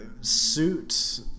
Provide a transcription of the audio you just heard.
suit